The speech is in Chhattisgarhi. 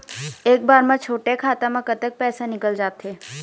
एक बार म छोटे खाता म कतक पैसा निकल जाथे?